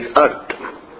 Earth